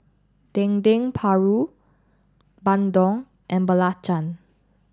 Dendeng Paru Bandung and Belacan